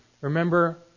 Remember